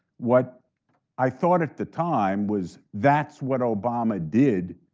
what i thought at the time was that's what obama did